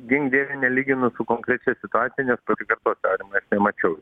gink dieve nelyginu su konkrečia situacija nes pasikartosiu aurimai aš nemačiau